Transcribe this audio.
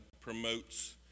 promotes